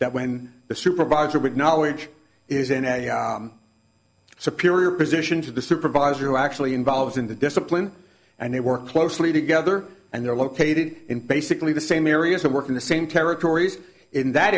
that when the supervisor with knowledge is in a superior position to the supervisor who actually involved in the discipline and they work closely together and they're located in basically the same areas and work in the same territories in that